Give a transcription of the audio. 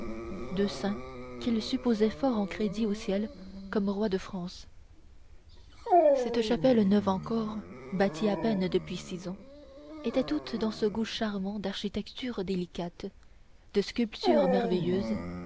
deux saints qu'il supposait fort en crédit au ciel comme rois de france cette chapelle neuve encore bâtie à peine depuis six ans était toute dans ce goût charmant d'architecture délicate de sculpture merveilleuse